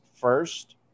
first